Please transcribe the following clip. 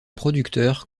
producteur